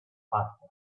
faster